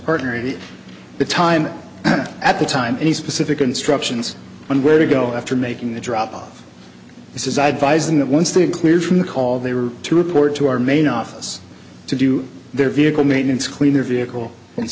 partner at the time at the time any specific instructions on where to go after making the drop off this is advising that once they cleared from the call they were to report to our main office to do their vehicle maintenance clean their vehicle and